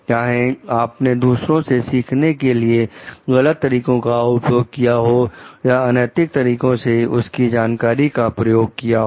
चाहे आपने दूसरे से सीखने के लिए गलत तरीकों का उपयोग किया हो या अनैतिक तरीके से उनकी जानकारी का प्रयोग किया हो